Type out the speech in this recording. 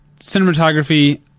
Cinematography